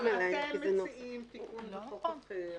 אתם מציעים תיקון בחוק אחר,